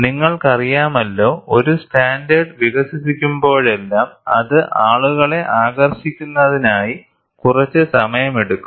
നിങ്ങൾക്കറിയാമല്ലോ ഒരു സ്റ്റാൻഡേർഡ് വികസിപ്പിക്കുമ്പോഴെല്ലാം അത് ആളുകളെ ആകർഷിക്കുന്നതിനായി കുറച്ച് സമയമെടുക്കും